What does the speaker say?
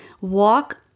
walk